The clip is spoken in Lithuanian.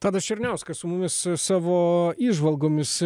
tadas černiauskas su mumis savo įžvalgomis